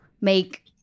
make